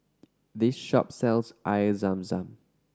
this shop sells Air Zam Zam